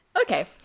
Okay